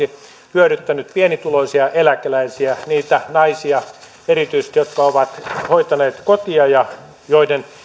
hyödyttänyt pienituloisia eläkeläisiä erityisesti niitä naisia jotka ovat hoitaneet kotia ja joiden